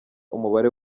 umubare